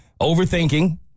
Overthinking